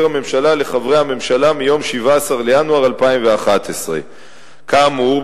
הממשלה לחברי הממשלה מיום 17 בינואר 2011. כאמור,